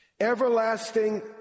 everlasting